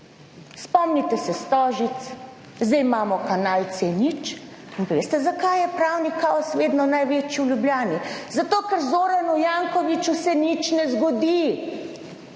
Spomnite se Stožic, zdaj imamo kanal C0, ampak veste zakaj je pravni kaos vedno največji v Ljubljani, zato ker Zoranu Jankoviću se nič ne zgodi,